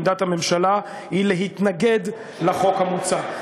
עמדת הממשלה היא להתנגד לחוק המוצע.